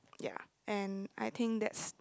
ya and I think that's